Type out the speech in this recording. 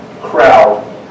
crowd